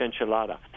enchilada